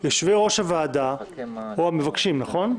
יושבי ראש הוועדה או המבקשים, נכון?